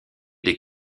des